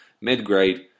mid-grade